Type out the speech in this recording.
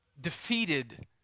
defeated